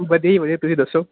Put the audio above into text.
ਵਧੀਆ ਜੀ ਵਧੀਆ ਤੁਸੀਂ ਦੱਸੋ